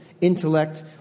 intellect